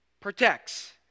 protects